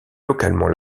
localement